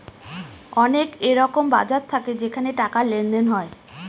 অনেক এরকম বাজার থাকে যেখানে টাকার লেনদেন হয়